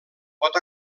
pot